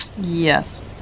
Yes